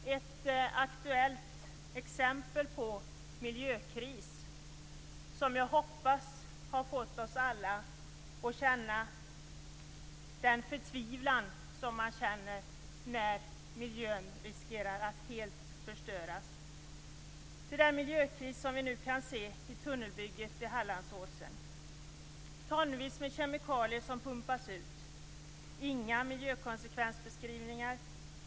Ett aktuellt exempel på miljökris, som jag hoppas har fått oss alla att känna den förtvivlan man känner när miljön riskerar att förstöras helt, är den vi nu kan se i tunnelbygget vid Hallandsåsen. Tonvis med kemikalier pumpas ut, och det finns inga miljökonsekvensbeskrivningar.